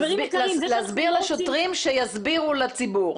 להסביר לשוטרים שיסבירו לציבור.